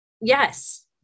yes